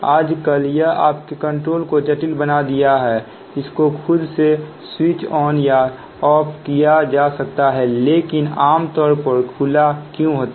आजकल यह आपके कंट्रोल को जटिल बना दिया है इसको खुद से स्विच ऑन या ऑफ किया जा सकता है लेकिन आमतौर पर खुला क्यों होता है